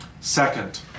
Second